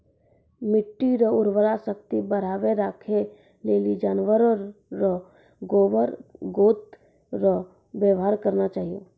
मिट्टी रो उर्वरा शक्ति बढ़ाएं राखै लेली जानवर रो गोबर गोत रो वेवहार करना चाहियो